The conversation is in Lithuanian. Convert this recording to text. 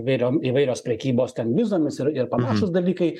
įvairiom įvairios prekybos ten vizomis ir ir panašūs dalykai